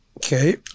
Okay